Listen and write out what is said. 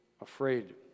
afraid